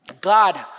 God